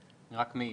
אני רק מעיר.